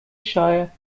shire